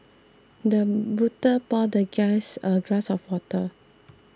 the butler poured the guest a glass of water